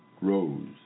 rose